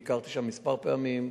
ביקרתי שם כמה פעמים,